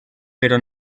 però